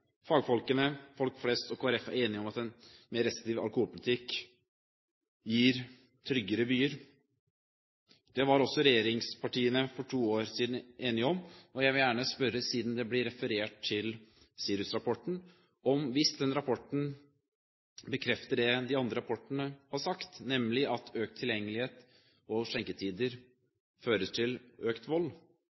Fagfolkene, folk flest og Kristelig Folkeparti er enige om at en mer restriktiv alkoholpolitikk gir tryggere byer. Det var også regjeringspartiene for to år siden enige i. Jeg vil gjerne spørre, siden det ble referert til SIRUS-rapporten: Hvis den rapporten bekrefter det de andre rapportene har sagt, nemlig at økt tilgjengelighet og skjenketider fører til økt vold,